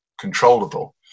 controllable